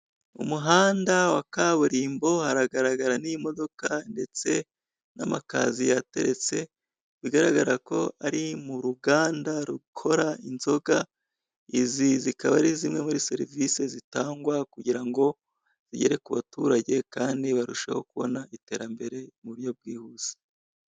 Umuhanda wa kaburimbo hagaragaramo imodoka ndetse n'amakaziyo ateretse, bigaragara ko ari mu ruganda rukora inzoga, izi zikaba ari zimwe muri serivisi zitangwa kugira ngo zigere ku baturage kandi barusheho kubona iterambere mu buryo bwihuse.